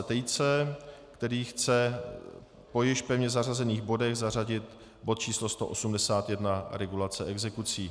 Tejce, který chce po již pevně zařazených bodech zařadit bod číslo 181, regulace exekucí.